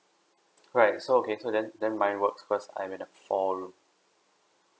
alright so okay so then then my works cause I'm in a four room